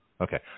Okay